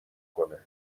کنه